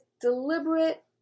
deliberate